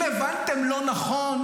אם הבנתם לא נכון,